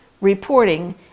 reporting